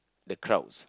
the crowds